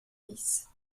vice